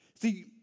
See